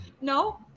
No